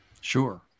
Sure